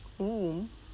oo